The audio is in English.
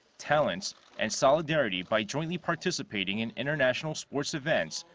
talents and solidarity by jointly participating in international sports events,